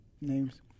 names